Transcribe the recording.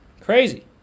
Crazy